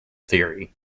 theory